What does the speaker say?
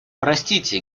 простите